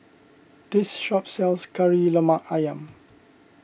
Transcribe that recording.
this shop sells Kari Lemak Ayam